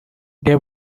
they